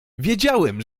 wiedziałem